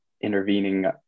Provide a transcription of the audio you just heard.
intervening